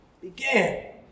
began